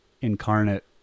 incarnate